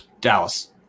Dallas